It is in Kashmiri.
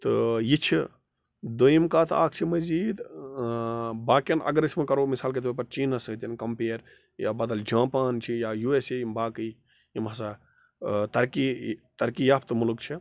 تہٕ یہِ چھِ دٔیِم کَتھ اَکھ چھِ مٔزیٖد باقِیَن اگر أسۍ وۄنۍ کَرو مِثال کے طور پَر چیٖنَس سۭتۍ کَمپِیَر یا بَدَل جھاپان چھِ یا یوٗ اٮ۪س اے یِم باقٕے یِم ہسا تَرقی تَرقی یافتہٕ مُلٕک چھِ